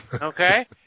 okay